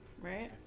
Right